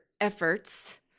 efforts